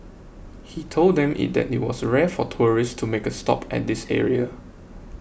he told them it that it was rare for tourists to make a stop at this area